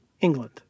england